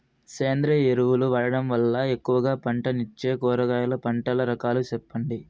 సేంద్రియ ఎరువులు వాడడం వల్ల ఎక్కువగా పంటనిచ్చే కూరగాయల పంటల రకాలు సెప్పండి?